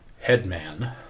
headman